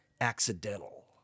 accidental